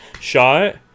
shot